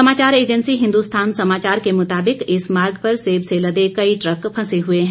समाचार एजेंसी हिन्दुस्थान समाचार के मुताबिक इस मार्ग पर सेब से लदे कई ट्रक फंसे हुए हैं